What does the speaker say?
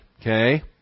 okay